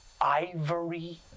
ivory